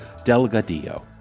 Delgadillo